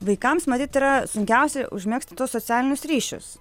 vaikams matyt yra sunkiausia užmegzti tuos socialinius ryšius